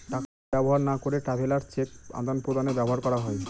টাকা ব্যবহার না করে ট্রাভেলার্স চেক আদান প্রদানে ব্যবহার করা হয়